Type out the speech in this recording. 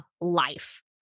life